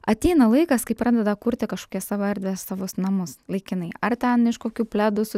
ateina laikas kai pradeda kurti kažkokias savo erdves savus namus laikinai ar ten iš kokių pledų su